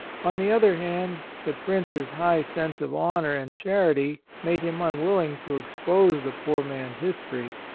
on the other hand, the prince's high sense of honor and charity made him unwilling to expose the poor man's history.